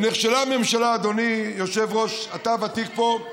ונכשלה הממשלה, אדוני היושב-ראש, אתה ותיק פה,